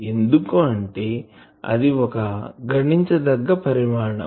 ఎందుకు అంటే అది ఒక గణించదగ్గ పరిమాణం